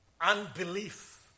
unbelief